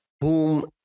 Boom